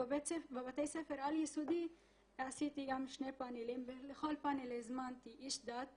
ובבתי ספר על יסודיים עשיתי גם שני פנלים ולכל פנל הזמנתי איש דת